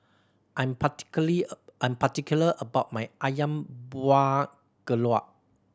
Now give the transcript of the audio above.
I'm I'm particular about my Ayam Buah Keluak